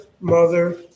mother